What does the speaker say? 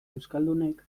euskaldunek